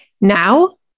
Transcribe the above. Now